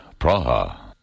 Praha